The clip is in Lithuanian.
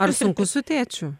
ar sunku su tėčiu